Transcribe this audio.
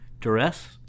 duress